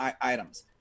items